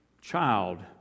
child